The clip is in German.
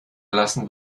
lassen